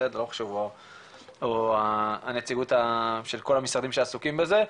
לא חשוב או הנציגות של כל המשרדים שעסוקים בזה.